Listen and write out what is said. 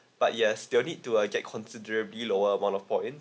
but yes they will need to uh get considerably lower one of point